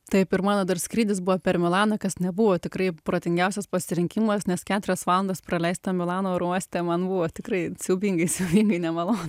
taip ir mano dar skrydis buvo per milaną kas nebuvo tikrai protingiausias pasirinkimas nes keturias valandas praleisti tam milano oro uoste man buvo tikrai siaubingai siaubingai nemalonu